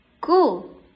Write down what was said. Cool